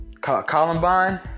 Columbine